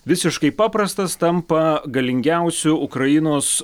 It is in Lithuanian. visiškai paprastas tampa galingiausiu ukrainos